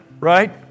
right